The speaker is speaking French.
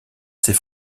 ses